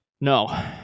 No